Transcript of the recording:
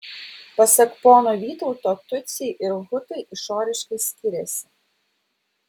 pasak pono vytauto tutsiai ir hutai išoriškai skiriasi